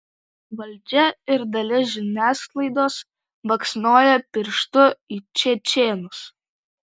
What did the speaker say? valdžia ir dalis žiniasklaidos baksnoja pirštu į čečėnus